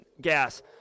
gas